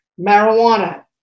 marijuana